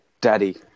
Daddy